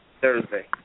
Thursday